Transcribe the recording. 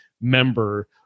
member